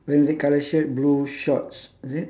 wearing red colour shirt blue shorts is it